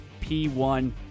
p1